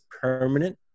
permanent